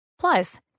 Plus